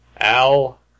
Al